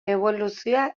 eboluzioa